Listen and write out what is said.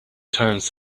turns